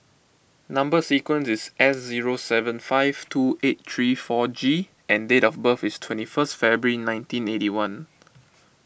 Number Sequence is S zero seven five two eight three four G and date of birth is twenty first February nineteen eighty one